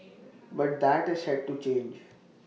but that is set to change